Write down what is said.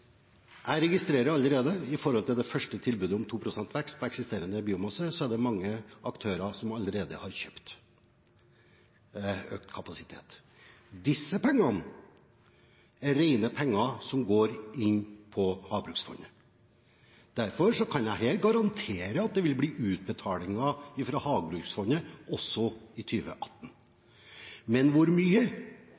jeg registrerer allerede, knyttet til det første tilbudet om 2 pst. vekst på eksisterende biomasse, at det er mange aktører som allerede har kjøpt økt kapasitet. Disse pengene er rene penger som går inn på Havbruksfondet. Derfor kan jeg her garantere at det vil bli utbetalinger fra Havbruksfondet også i